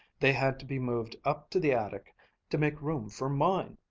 they had to be moved up to the attic to make room for mine.